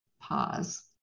pause